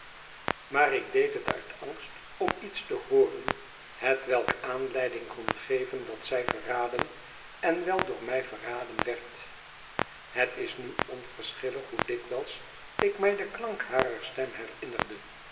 maar ik deed het uit angst om iets te hooren hetwelk aanleiding kon geven dat zij verraden en wel door mij verraden werd het is nu onverschillig hoe dikwijls ik mij den klank harer stem herinnerde